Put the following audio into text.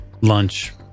lunch